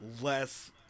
less